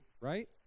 Right